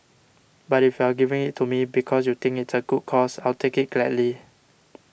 but if you are giving it to me because you think it's a good cause I'll take it gladly